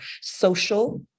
social